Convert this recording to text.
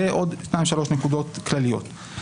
ועוד שתיים-שלוש נקודות כלליות.